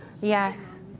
Yes